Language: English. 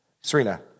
Serena